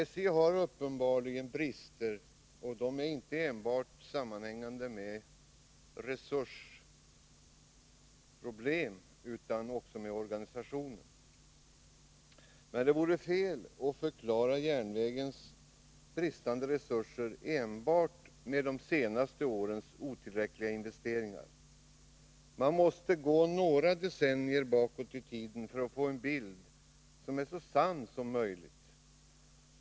SJ har uppenbarligen brister, och de sammanhänger inte enbart med resursproblem utan också med organisationen. Det vore fel att förklara järnvägens bristande resurser enbart med de senaste årens otillräckliga investeringar. Man måste gå några decennier bakåt i tiden för att få en bild som är så sann som möjligt.